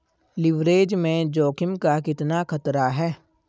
Leverage में जोखिम का कितना खतरा है?